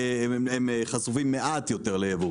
הם חשופים מעט יותר לייבוא.